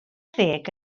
ddeg